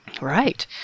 Right